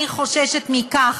אני חוששת מכך